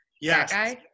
Yes